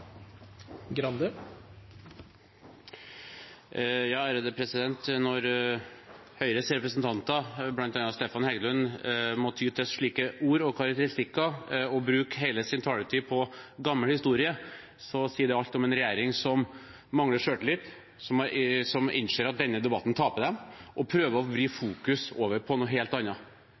Når Høyres representanter, bl.a. Stefan Heggelund, må ty til slike ord og karakteristikker og bruke hele sin taletid på gammel historie, sier det alt om en regjering som mangler selvtillit, som innser at de vil tape denne debatten, og som prøver å vri fokuset over på noe helt